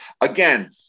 again